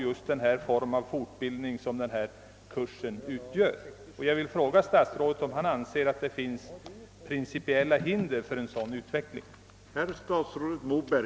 Även detta uttalande skulle, tycker jag, kunna tillämpas på den form av fortbildning som denna miljövårdskurs utgör.